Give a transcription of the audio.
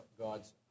God's